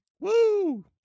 Woo